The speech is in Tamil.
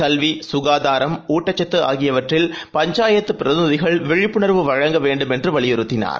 கல்வி சுகாதாரம் ஊட்டச்சத்து ஆகியவற்றில் பஞ்சாயத்து பிரதிநிதிகள் விழிப்புணர்வு வழங்க வேண்டும் என்று வலியுறுத்தினார்